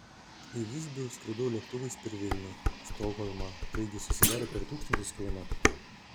į visbių skridau lėktuvais per vilnių stokholmą taigi susidarė per tūkstantis kilometrų